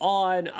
on